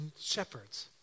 shepherds